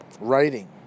writing